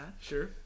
sure